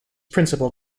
principal